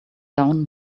down